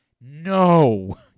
No